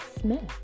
Smith